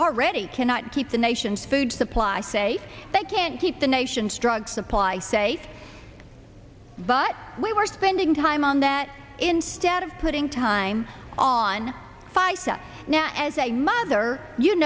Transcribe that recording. already cannot keep the nation's food supply say they can't keep the nation's drug supply state but we were spending time on that instead of putting time on fighter now as a mother you